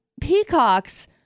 peacocks